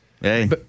Hey